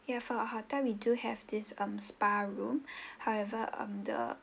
ya for our hotel we do have this um spa room however um the